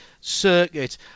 circuit